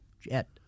jet